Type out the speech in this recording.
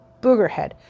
boogerhead